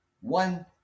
one